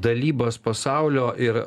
dalybas pasaulio ir